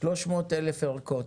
300,000 ערכות.